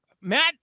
Matt